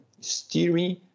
steering